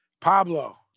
Pablo